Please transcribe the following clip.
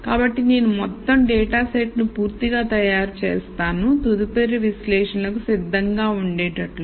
కాబట్టి నేను మొత్తం డేటాసెట్ను పూర్తిగా తయారు చేస్తాను తదుపరి విశ్లేషణకు సిద్ధంగా ఉండేటట్లుగా